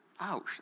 Ouch